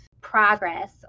progress